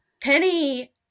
Penny